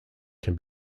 can